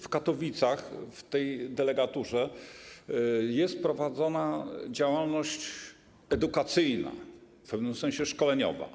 W Katowicach, w tej delegaturze, jest prowadzona działalność edukacyjna, w pewnym sensie szkoleniowa.